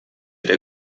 der